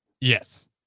Yes